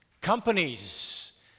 Companies